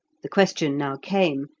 the question now came,